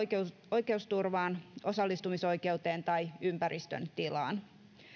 oikeusturvaan osallistumisoikeuteen tai ympäristön tilaan